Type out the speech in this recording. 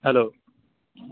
hello